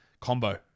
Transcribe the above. combo